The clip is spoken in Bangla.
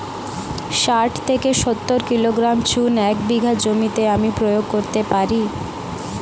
শাঠ থেকে সত্তর কিলোগ্রাম চুন এক বিঘা জমিতে আমি প্রয়োগ করতে পারি?